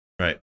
Right